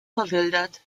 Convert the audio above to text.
verwildert